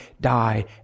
die